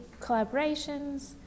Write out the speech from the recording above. collaborations